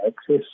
access